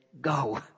go